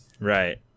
Right